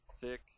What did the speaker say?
thick